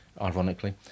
ironically